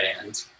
band